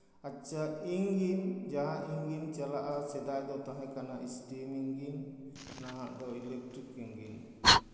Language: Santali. ᱟᱪᱪᱷᱟ ᱤᱧᱡᱤᱱ ᱡᱟᱦᱟᱸ ᱤᱧᱡᱤᱱ ᱪᱟᱞᱟᱜᱼᱟ ᱥᱮᱫᱟᱭ ᱫᱚ ᱛᱟᱦᱮᱸ ᱠᱟᱱᱟ ᱤᱥᱴᱤᱢ ᱤᱧᱡᱤᱱ ᱱᱟᱦᱟᱜ ᱫᱚ ᱤᱞᱮᱠᱴᱨᱤᱠ ᱤᱧᱡᱤᱱ